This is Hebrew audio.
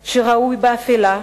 ומלואו ששרוי באפלה,